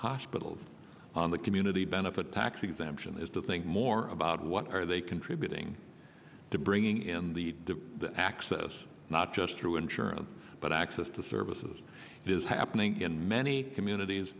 hospitals on the community benefit tax exemption is to think more about what are they contributing to bringing in the access not just through insurance but access to services is happening in many communities